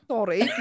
Sorry